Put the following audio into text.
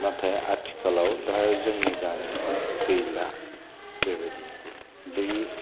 नाथाय आथिखालाव दाहाय जोंनि गामियाव गैला बेबादि दै